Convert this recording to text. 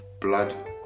blood